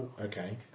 Okay